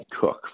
cook